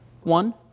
One